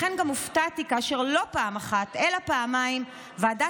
לכן גם הופתעתי כאשר לא פעם אחת אלא פעמיים ועדת